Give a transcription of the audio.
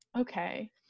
Okay